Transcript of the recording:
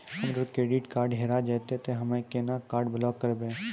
हमरो credit card हेरा जेतै ते हम्मय केना कार्ड ब्लॉक करबै?